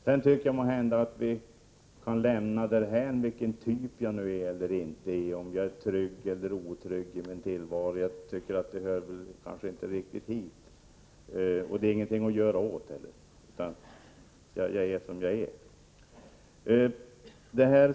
Jag tycker att vi måhända kan lämna därhän vilken typ av personlighet jag har, dvs. om jag är trygg eller otrygg i min tillvaro. Det hör inte riktigt hit. Det är inget man kan göra något åt heller. Jag är som jag är.